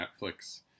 Netflix